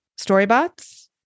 Storybots